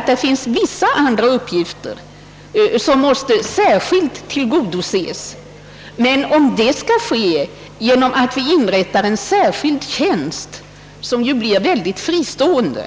Kanske finns det vissa andra uppgifter som måste tillgodoses särskilt, men det är tveksamt om det skall ske genom att vi inrättar en särskild tjänst som blir nära nog fristående.